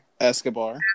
Escobar